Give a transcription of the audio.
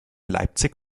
leipzig